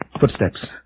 Footsteps